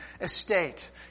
estate